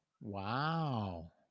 Wow